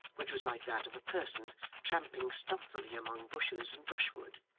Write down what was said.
which was like that of a person tramping stealthily among bushes and brushwood.